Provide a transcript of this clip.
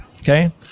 Okay